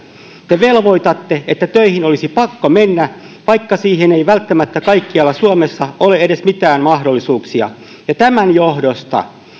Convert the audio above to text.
te velvoitatte että töihin olisi pakko mennä vaikka siihen ei välttämättä kaikkialla suomessa ole edes mitään mahdollisuuksia ja tämän johdosta